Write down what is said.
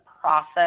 process